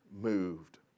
moved